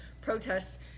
protests